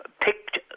picked